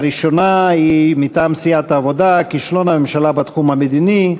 הראשונה היא מטעם סיעת העבודה: כישלון הממשלה בתחום המדיני.